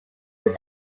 was